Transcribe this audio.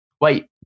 Wait